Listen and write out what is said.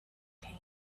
came